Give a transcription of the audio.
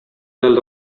del